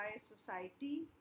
society